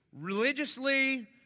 religiously